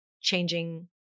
changing